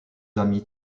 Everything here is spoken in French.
amies